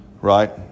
Right